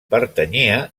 pertanyia